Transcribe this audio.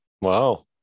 Wow